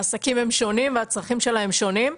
העסקים הם שונים והצרכים שלהם שונים.